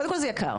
קודם כל זה יקר.